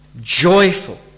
joyful